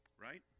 Right